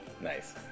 Nice